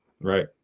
Right